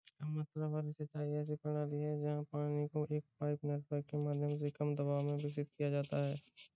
कम मात्रा वाली सिंचाई ऐसी प्रणाली है जहाँ पानी को एक पाइप नेटवर्क के माध्यम से कम दबाव में वितरित किया जाता है